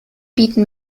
bieten